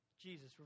Jesus